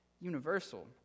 universal